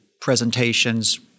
presentations